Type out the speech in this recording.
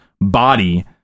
body